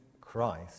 Christ